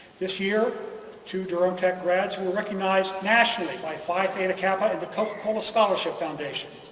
this year two durham tech grads were recognized nationally by phi beta kappa and the coca-cola scholarship foundation.